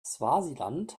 swasiland